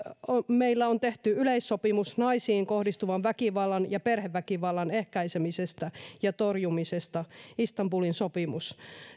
meillä on tehty yleissopimus naisiin kohdistuvan väkivallan ja perheväkivallan ehkäisemisestä ja torjumisesta istanbulin sopimus